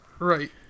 Right